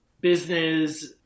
business